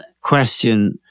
question